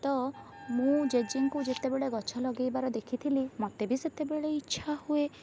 ତ ମୁଁ ଜେଜେଙ୍କୁ ଯେତେବେଳେ ଗଛ ଲଗାଇବାର ଦେଖିଥିଲି ମୋତେ ବି ସେତେବେଳେ ଇଛା ହୁଏ